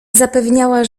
zapewniała